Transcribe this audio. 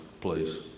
please